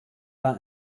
war